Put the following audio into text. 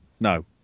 no